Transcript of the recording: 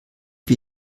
wir